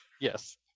yes